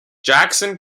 jackson